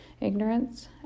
Ignorance